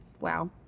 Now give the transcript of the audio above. Wow